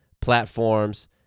platforms